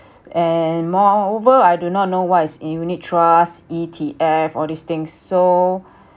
and moreover I do not know what is unit trust E_T_F all these things so